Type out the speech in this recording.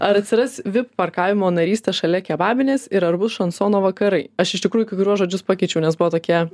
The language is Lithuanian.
ar atsiras vip parkavimo narystė šalia kebabinės ir ar bus šansono vakarai aš iš tikrųjų kai kuriuos žodžius pakeičiau nes buvo tokie